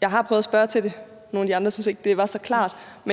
Jeg har prøvet at spørge til det her med – nogle af de andre syntes ikke, det var så klart –